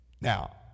Now